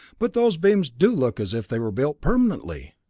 but those beams do look as if they were built permanently!